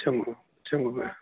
चङो चङो भेण